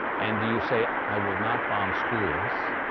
and do you say, i will not bomb schools,